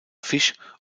fisch